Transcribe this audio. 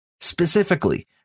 Specifically